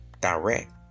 direct